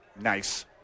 Nice